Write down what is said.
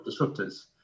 disruptors